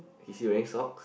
is he wearing socks